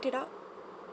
it out